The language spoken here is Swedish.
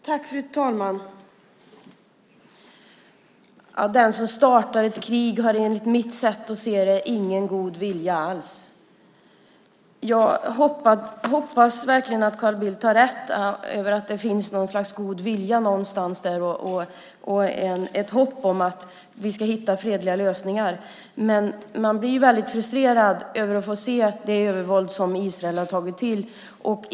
Fru talman! Den som startar ett krig har enligt mitt sätt att se det ingen god vilja alls. Jag hoppas verkligen att Carl Bildt har rätt i att det finns någon slags god vilja någonstans där och ett hopp om att vi ska hitta fredliga lösningar. Men man blir väldigt frustrerad över att få se det övervåld som Israel har tagit till.